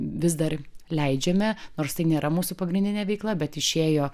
vis dar leidžiame nors tai nėra mūsų pagrindinė veikla bet išėjo